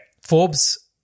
Forbes